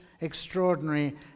extraordinary